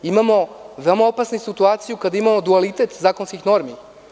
Imamo veoma opasnu situaciju kada imamo dualitet zakonskih normi.